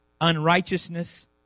unrighteousness